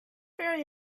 very